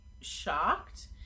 shocked